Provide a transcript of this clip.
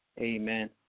Amen